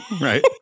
Right